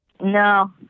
No